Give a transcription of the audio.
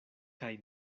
kaj